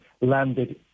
landed